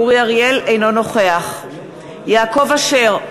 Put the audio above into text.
אינו נוכח יעקב אשר,